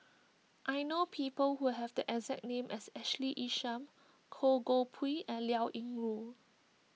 I know people who have the exact name as Ashley Isham Goh Koh Pui and Liao Yingru